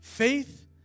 Faith